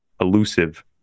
elusive